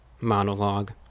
monologue